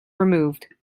removed